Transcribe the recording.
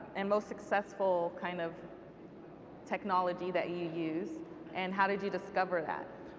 and most successful kind of technology that you use and how did you discover that?